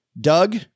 doug